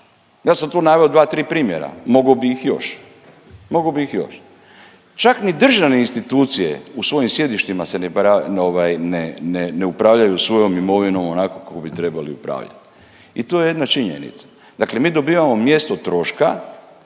Ja sam tu naveo 2-3 primjera mogao bih ih još, mogao bih ih još. Čak ni državne institucije u svojim sjedištima se ne bra…, ovaj ne upravljaju svojom imovinom onako kako bi trebali upravljati i to je jedna činjenica. Dakle, mi dobivamo mjesto troška